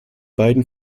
beiden